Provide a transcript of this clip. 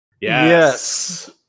Yes